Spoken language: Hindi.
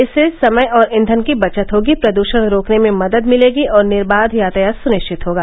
इससे समय और ईंघन की बचत होगी प्रदषण रोकने में मदद मिलेगी और निर्बाध यातायात सुनिश्चित होगा